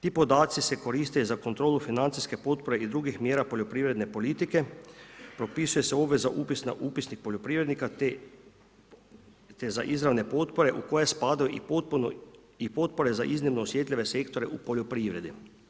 Ti podaci se koriste za kontrolu financijske potpore i drugih mjera poljoprivredne politike, propisuje se obveza upisnih poljoprivrednika te za izravne potpore u koje spadaju i potpore za iznimno osjetljive sektore u poljoprivredi.